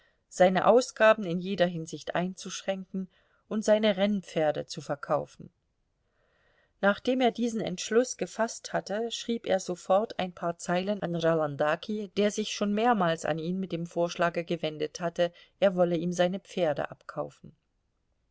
seine ausgaben in jeder hinsicht einzuschränken und seine rennpferde zu verkaufen nachdem er diesen entschluß gefaßt hatte schrieb er sofort ein paar zeilen an rolandaki der sich schon mehrmals an ihn mit dem vorschlage gewendet hatte er wolle ihm seine pferde abkaufen